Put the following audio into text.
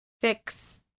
fix